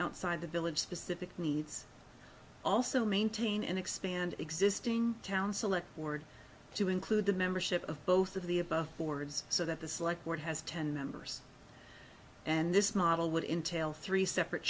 outside the village specific needs also maintain and expand existing town select board to include the membership of both of the above boards so that the select board has ten members and this model would entail three separate